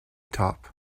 top